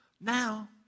now